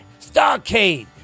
Starcade